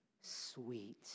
sweet